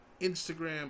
instagram